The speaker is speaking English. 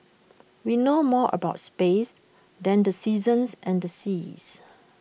we know more about space than the seasons and the seas